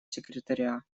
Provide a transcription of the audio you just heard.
секретаря